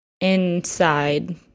Inside